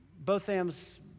Botham's